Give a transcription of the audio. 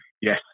yes